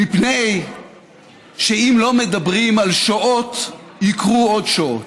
מפני שאם לא מדברים על שואות, יקרו עוד שואות,